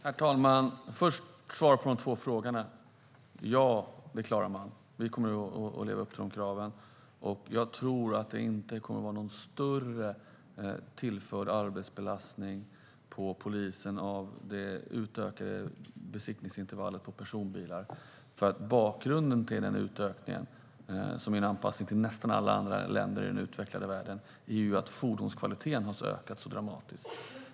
Herr talman! Jag ska först svara på frågorna. Ja, det klarar man. Vi kommer att leva upp till kraven. Jag tror att det inte kommer att vara någon större tillförd arbetsbelastning på polisen på grund av det utökade besiktningsintervallet på personbilar. Bakgrunden till utökningen, som är en anpassning till nästan alla andra länder i den utvecklade världen, är att fordonskvaliteten har ökat dramatiskt.